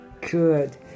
Good